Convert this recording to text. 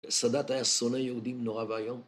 סדאת היה שונא יהודים נורא והיום